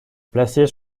placés